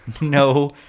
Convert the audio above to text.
no